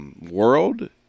World